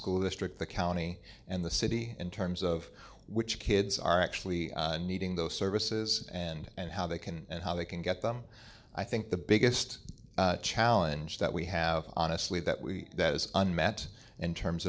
school district the county and the city in terms of which kids are actually needing those services and how they can and how they can get them i think the biggest challenge that we have honestly that we that is unmet in terms